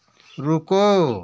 रुको